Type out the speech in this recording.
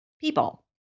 people